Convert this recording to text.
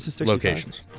locations